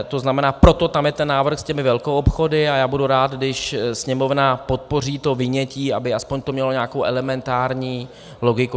To znamená, proto tam je ten návrh s těmi velkoobchody, a já budu rád, když Sněmovna podpoří to vynětí, aby aspoň to mělo nějakou elementární logiku.